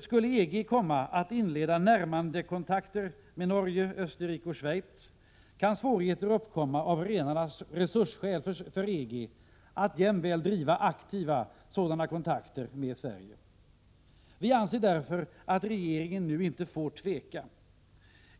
Skulle EG komma att inleda närmandekontakter med Norge, Österrike och Schweiz kan svårigheter uppkomma — av rena resursskäl — för EG att jämväl driva aktiva sådana kontakter med Sverige. Regeringen får därför inte tveka.